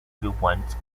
viewpoints